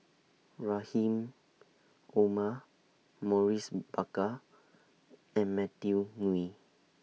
Rahim Omar Maurice Baker and Matthew Ngui